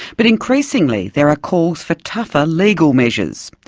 but increasingly there are calls for tougher legal measures,